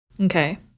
Okay